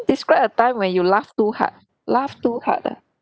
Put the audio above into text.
describe a time when you laugh too hard laugh too hard ah